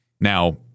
Now